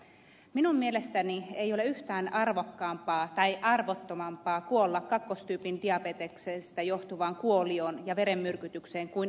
minun mielestäni ei ole yhtään arvokkaampaa tai arvottomampaa kuolla kakkostyypin diabeteksestä johtuvaan kuolioon ja verenmyrkytykseen kuin aliravitsemukseen